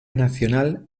nacional